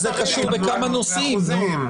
זה קשור בכמה נושאים.